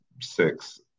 six